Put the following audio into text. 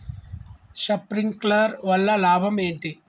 Sprinkler వల్ల లాభం ఏంటి?